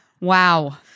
Wow